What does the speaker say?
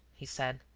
he said.